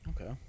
Okay